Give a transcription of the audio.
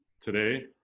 today